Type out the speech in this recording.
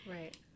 right